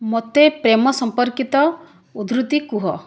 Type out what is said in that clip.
ମୋତେ ପ୍ରେମ ସମ୍ପର୍କିତ ଉଦ୍ଧୃତି କୁହ